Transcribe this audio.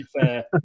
fair